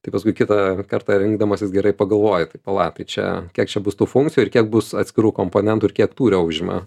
tai paskui kitą kartą rinkdamasis gerai pagalvoji tai pala tai čia kiek čia bus tų funkcijų ir kiek bus atskirų komponentų ir kiek tūrio užima